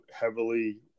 heavily